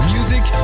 Music